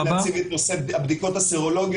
אולי רק להציג את נושא הבדיקות הסרולוגיות.